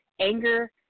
anger